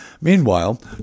Meanwhile